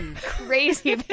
crazy